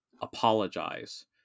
Apologize